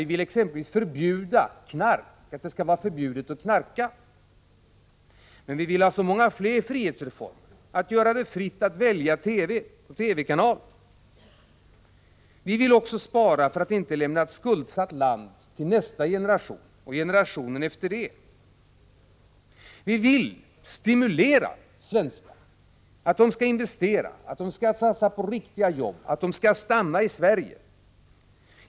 Vi vill exempelvis att det skall vara förbjudet att knarka. Men vi vill ha så många fler frihetsreformer. Vi vill att det skall vara fritt att välja TV-kanal. Vi vill också spara för att inte lämna ett skuldsatt land till nästa generation och till generationen efter den. Vi vill stimulera svenskar att investera, att satsa på riktiga jobb och att stanna i Sverige.